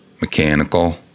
mechanical